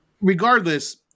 regardless